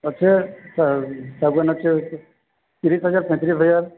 ଅଛେ ଶା ଶାଗୁଆନ୍ ଅଛେ ତିରିଶ ହଜାର ପଇଁତିରିଶ ହଜାର